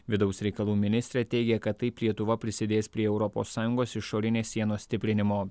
vidaus reikalų ministrė teigia kad taip lietuva prisidės prie europos sąjungos išorinės sienos stiprinimo